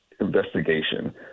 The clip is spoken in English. investigation